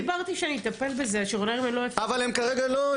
אבל אני קודם דיברתי על זה שאני אטפל בזה --- אבל כרגע לא,